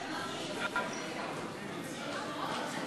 אפשר להצביע על שתי